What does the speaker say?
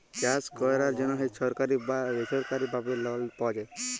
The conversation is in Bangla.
চাষ ক্যরার জ্যনহে ছরকারি বা বেছরকারি ভাবে লল পাউয়া যায়